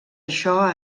això